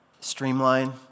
streamline